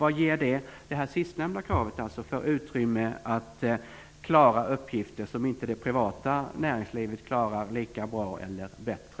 Vad ger det sistnämnda kravet för utrymme att klara uppgifter som det privata näringslivet inte klarar lika bra eller bättre?